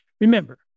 remember